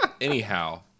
Anyhow